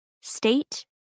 State